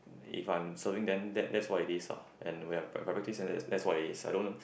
if I'm serving then that that's what is this and when I practice that's what is this I don't